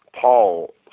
Paul